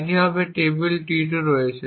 একইভাবে table T2 রয়েছে